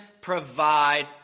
provide